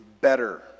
better